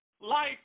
life